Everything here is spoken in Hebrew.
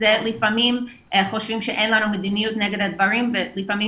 לפעמים חושבים שאין לנו מדיניות נגד הדברים ולפעמים